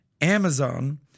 Amazon